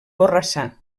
borrassà